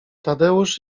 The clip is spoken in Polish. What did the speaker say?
tadeusz